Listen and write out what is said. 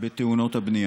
בתאונות הבנייה.